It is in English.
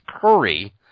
Curry